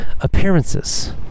appearances